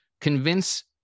convince